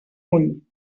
ull